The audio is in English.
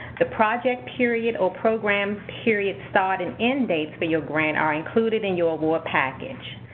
the project period or program period start and end dates for your grant are included in your award package.